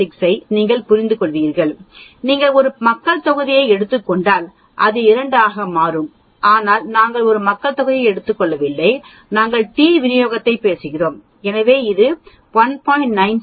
96 ஐ நீங்கள் புரிந்துகொள்கிறீர்கள் நீங்கள் ஒரு மக்கள்தொகையை எடுத்துக் கொண்டால் இது 2 ஆக மாறும் ஆனால் நாங்கள் இங்கு ஒரு மக்கள்தொகையை எடுத்துக் கொள்ளவில்லை நாங்கள் டி விநியோகத்தைப் பேசுகிறோம் எனவே இது 1